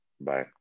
Bye